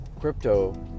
crypto